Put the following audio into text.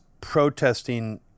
protesting